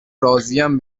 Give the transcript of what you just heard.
راضیم